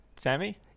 Sammy